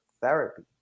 therapy